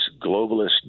globalist